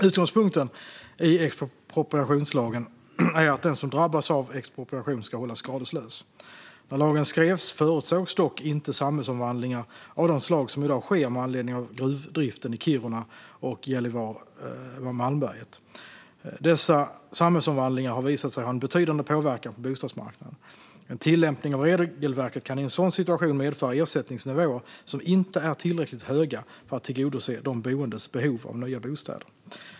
Utgångspunkten i expropriationslagen är att den som drabbas av expropriation ska hållas skadeslös. När lagen skrevs förutsågs dock inte samhällsomvandlingar av de slag som i dag sker med anledning av gruvdriften i Kiruna och Gällivare-Malmberget. Dessa samhällsomvandlingar har visat sig ha en betydande påverkan på bostadsmarknaden. En tillämpning av regelverket kan i en sådan situation medföra ersättningsnivåer som inte är tillräckligt höga för att tillgodose de boendes behov av nya bostäder.